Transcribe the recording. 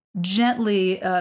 gently